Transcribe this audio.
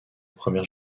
première